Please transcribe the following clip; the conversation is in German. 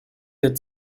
der